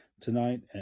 tonight